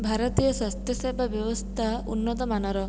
ଭାରତୀୟ ସ୍ୱାସ୍ଥ୍ୟ ସେବା ବ୍ୟବସ୍ଥା ଉନ୍ନତମାନ ର